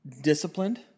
disciplined